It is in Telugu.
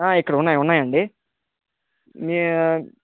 ఇక్కడ ఉన్నాయి ఉన్నాయండి